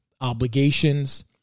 obligations